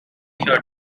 her